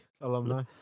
alumni